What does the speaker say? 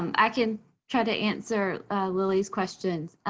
i can try to answer lily's questions.